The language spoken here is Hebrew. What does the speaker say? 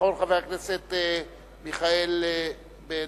והאחרון הוא חבר הכנסת מיכאל בן-ארי.